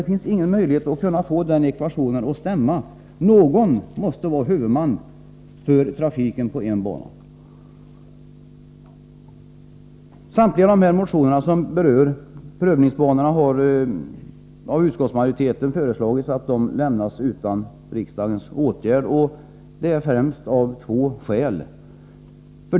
Det finns ingen möjlighet att få ekvationen att gå ihop. Någon måste vara huvudman för trafiken på en bana. Utskottsmajoriteten har föreslagit att samtliga de motioner som berör prövningsbanorna skall lämnas utan riksdagens åtgärd. Detta har skett främst av två skäl.